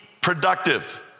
productive